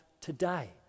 today